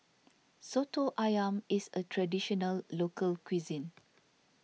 Soto Ayam is a Traditional Local Cuisine